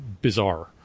bizarre